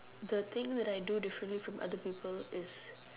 the thing that I do differently from other people is